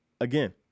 again